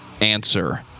answer